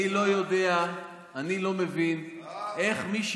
אני לא מבין איך מי,